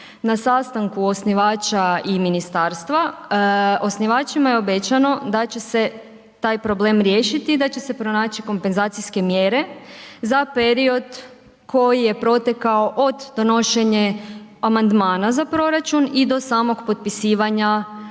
na sastanku osnivača i ministarstva, osnivačima je obećano da će se taj problem riješiti i da će se pronaći kompenzacije mjere za period koji je protekao od donošenje amandmana za proračun i do samog potpisivanja